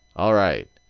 all right,